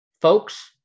folks